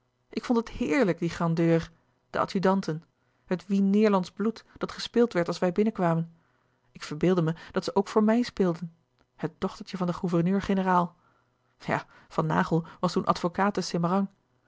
ik vond het heerlijk die grandeur de adjudanten het wien neêrlands bloed dat gespeeld werd als wij binnenkwamen ik verbeeldde me dat ze ook voor mij speelden het dochtertje van den gouverneur-generaal ja van naghel was toen advocaat